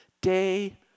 day